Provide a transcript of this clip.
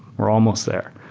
we're almost there.